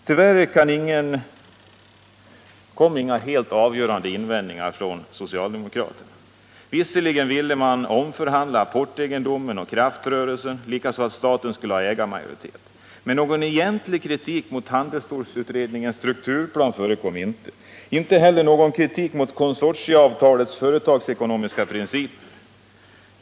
Tyvärr kom inga helt avgörande invändningar från socialdemokraterna. Visserligen ville man på nytt förhandla om apportegendomen och kraftrörelsen och att staten skulle ha ägarmajoritet, men någon egentlig kritik mot handelsstålsutredningens strukturplan förekom inte och inte heller någon kritik mot konsortieavtalets företagsekonomiska principer.